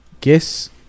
guess